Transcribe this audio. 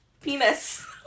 Penis